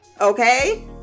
okay